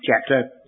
chapter